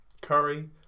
curry